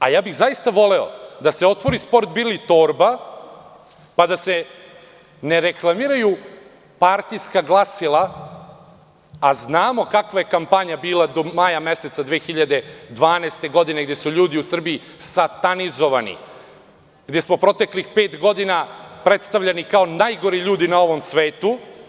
Zaista bih voleo da se otvori „Sport bili torba“, pa da se ne reklamiraju partijska glasila, a znamo kakva je kampanja bila do maja meseca 2012. godine, gde su ljudi u Srbiji satanizovani, gde smo proteklih pet godina predstavljani kao najgori ljudi na ovom svetu.